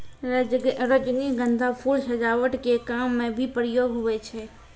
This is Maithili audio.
रजनीगंधा फूल सजावट के काम मे भी प्रयोग हुवै छै